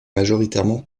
majoritairement